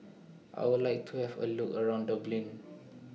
I Would like to Have A Look around Dublin